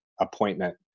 appointment